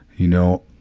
you know,